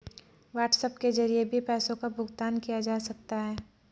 WhatsApp के जरिए भी पैसों का भुगतान किया जा सकता है